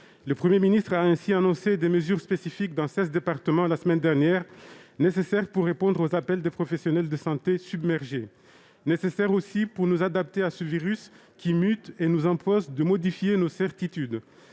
Le Premier ministre a ainsi annoncé des mesures spécifiques dans seize départements la semaine dernière. Elles sont nécessaires pour répondre aux appels des professionnels de santé submergés. Elles sont nécessaires, aussi, pour nous adapter à ce virus, qui mute et qui nous impose de modifier nos certitudes.